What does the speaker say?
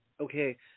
okay